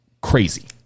crazy